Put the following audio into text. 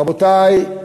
רבותי,